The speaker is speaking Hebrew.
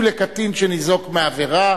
12) (פיצוי לקטין שניזוק מעבירה),